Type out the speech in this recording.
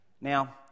Now